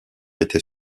était